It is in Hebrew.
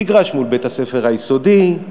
מגרש מול בית-הספר היסודי,